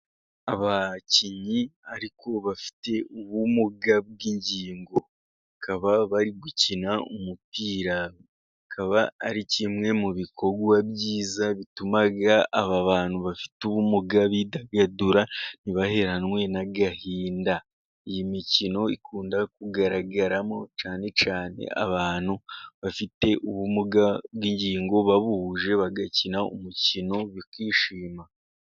Abakinnyi ariko bafite ubumuga bw'ingingo, bakaba bari gukina umupira, ikaba ari kimwe mu bikorwa byiza bituma, aba bantu bafite ubumuga bidagadura ntibaheranwe n'agahinda, iyi mikino ikunda kugaragaramo cyane cyane, abantu bafite ubumuga bw'ingingo babuhuje, bagakina umukino bakishima.